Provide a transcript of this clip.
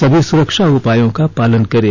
सभी सुरक्षा उपायों का पालन करें